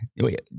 Wait